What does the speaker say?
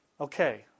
Okay